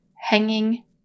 hanging